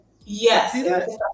Yes